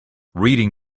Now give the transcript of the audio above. reading